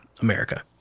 America